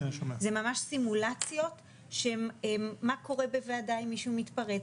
זה ממש סימולציות של מה קורה בוועדה אם מישהו מתפרץ.